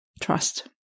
Trust